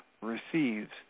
receives